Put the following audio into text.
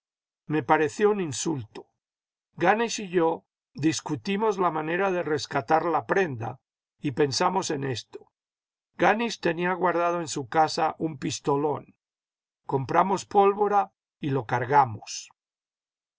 me pareció un insulto ganisch y yo discutimos la manera de rescatar la prenda y pensamos en esto ganisch tenía guardado en su casa un pistolón compramos pólvora y lo cargamos en